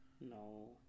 No